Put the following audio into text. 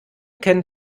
kennt